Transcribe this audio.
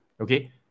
okay